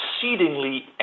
exceedingly